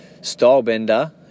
Stylebender